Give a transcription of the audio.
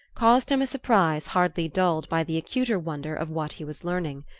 caused him a surprise hardly dulled by the acuter wonder of what he was learning.